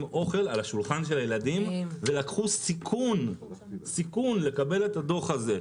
אוכל על שולחן הילדים ולקחו סיכון לקבל את הדוח הזה.